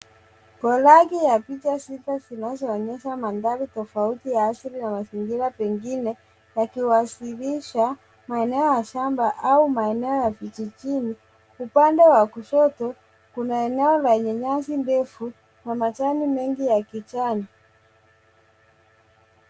Kolaji ya picha sita zinazoonyesha mandhari tofauti ya asili ya mazingira pengine yakiwasilisha maeneo ya shamba au maeneo ya kijijini. Upande wa kushoto kuna eneo lenye nyasi ndefu na majani mengi ya kijani.